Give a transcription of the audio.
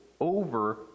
over